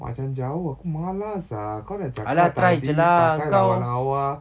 macam jauh aku malas ah kau dah cakap tadi pakai lawa-lawa